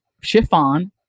chiffon